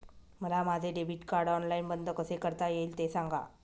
मला माझे debit card online बंद कसे करता येईल, ते सांगा